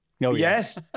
Yes